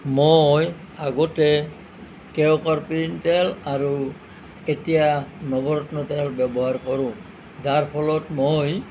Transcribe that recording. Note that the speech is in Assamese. মই আগতে কেও কাৰপিন তেল আৰু এতিয়া নৱৰত্ন তেল ব্যৱহাৰ কৰোঁ যাৰ ফলত মই